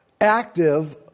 active